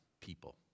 people